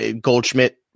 Goldschmidt